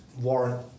warrant